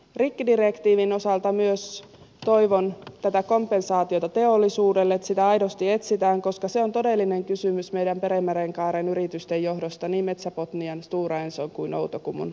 rikkidirektiivin osalta toivon tätä kompensaatiota teollisuudelle niin että sitä aidosti etsitään koska se on todellinen kysymys meidän perämerenkaaren yrityksille niin metsä botnian stora enson kuin outokummun osalta